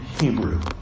Hebrew